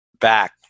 Back